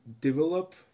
develop